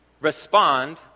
Respond